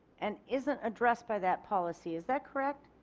and isn't addressed by that policy is that correct?